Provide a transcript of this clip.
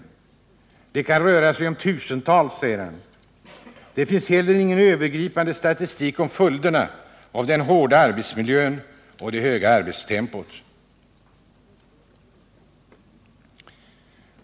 Det kan, säger han, röra sig om tusentals. Det finns inte heller någon övergripande statistik om följderna av den hårda arbetsmiljön och det höga arbetstempot.